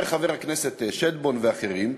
אומרים חבר הכנסת שטבון ואחרים,